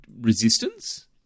resistance